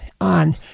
on